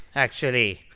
actually.